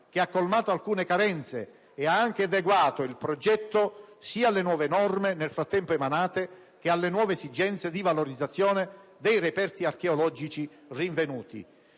che ha colmato alcune carenze e ha anche adeguato il progetto sia alle nuove norme nel frattempo emanate che alle nuove esigenze di valorizzazione dei reperti archeologici rinvenuti.